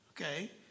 Okay